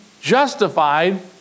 justified